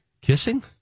kissing